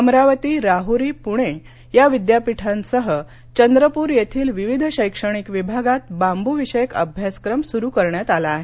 अमरावती राहुरी पुणे या विद्यापीठांसह चंद्रपूर येथील विविध शैक्षणिक विभागात बांबू विषयक अभ्यासक्रम सुरू करण्यात आलेला आहे